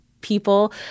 people